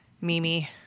Mimi